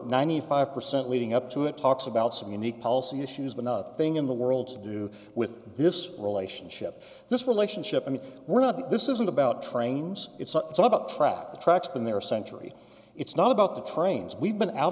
ninety five percent leading up to it talks about some unique policy issues but nothing in the worlds to do with this relationship this relationship and we're not this isn't about trains it's the talk about track the tracks from their century it's not about the trains we've been out